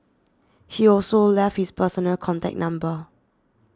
he also left his personal contact number